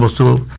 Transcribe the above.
but to